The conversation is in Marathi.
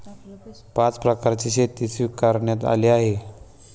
पाच प्रकारची शेती स्वीकारण्यात आली आहे